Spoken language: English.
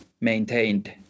maintained